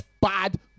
Bad